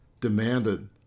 demanded